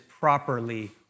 properly